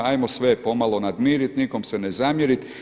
Hajmo sve pomalo namiriti, nikom se ne zamjeriti.